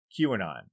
QAnon